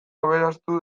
aberastu